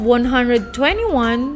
121